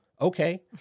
okay